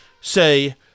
say